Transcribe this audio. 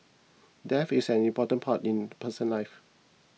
death is an important part in person's life